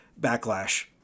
backlash